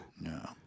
No